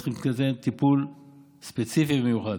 להן צריך לתת להן טיפול ספציפי ומיוחד.